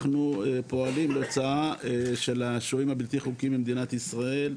אנחנו פועלים להוצאה של השוהים הבלתי חוקיים של מדינת ישראל,